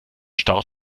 start